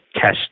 test